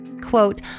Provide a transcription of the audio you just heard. Quote